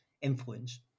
influence